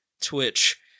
Twitch